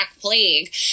Plague